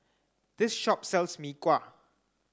this shop sells Mee Kuah